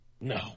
no